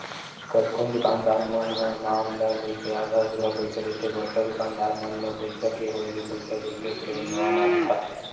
कतकोन दुकानदार मन ह माल ल लेके आधा अधूरा पइसा देथे बड़का दुकानदार मन ल पइसा के होय ले पइसा देके फेर नवा माल उठाथे